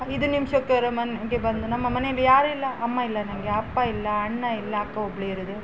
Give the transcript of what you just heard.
ಐದು ನಿಮಿಷಕ್ಕಾರೆ ಮನೆಗೆ ಬಂದು ನಮ್ಮ ಮನೆಯಲ್ಲಿ ಯಾರು ಇಲ್ಲ ಅಮ್ಮ ಇಲ್ಲ ನನ್ಗೆ ಅಪ್ಪ ಇಲ್ಲ ಅಣ್ಣ ಇಲ್ಲ ಅಕ್ಕ ಒಬ್ಬಳೆ ಇರೋದು